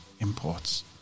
imports